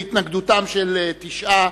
בהתנגדותם של תשעה,